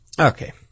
Okay